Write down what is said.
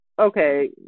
okay